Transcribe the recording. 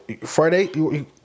Friday